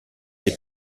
est